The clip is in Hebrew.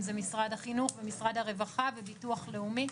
אם זה משרד החינוך או משרד הרווחה וביטוח לאומי.